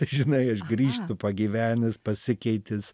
žinai aš grįžtu pagyvenęs pasikeitęs